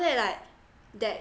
after that like that